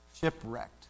Shipwrecked